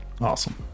awesome